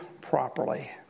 properly